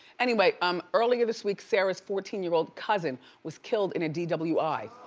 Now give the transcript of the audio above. anyway, um earlier this week, sarah's fourteen year-old cousin was killed in a dwi.